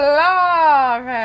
love